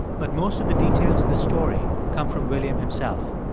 but most of the details in the story come from william himself.